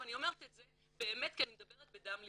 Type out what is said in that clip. אני אומרת את זה באמת כי אני מדברת מדם ליבי.